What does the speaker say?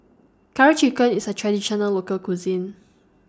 Curry Chicken IS A Traditional Local Cuisine